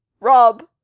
Rob